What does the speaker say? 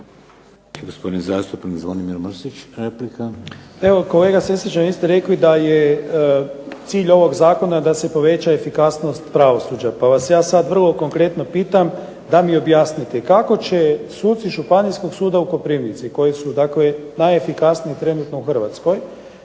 Gospodin zastupnik Zvonimir Mršić, replika. **Mršić, Zvonimir (SDP)** Evo kolega Sesvečan, vi ste rekli da je cilj ovog zakona da se poveća efikasnost pravosuđa pa vas ja sad vrlo konkretno pitam da mi objasnite kako će suci županijskog suda u Koprivnici koji su dakle najefikasniji trenutno u Hrvatskoj,